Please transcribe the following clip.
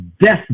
death